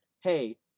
hey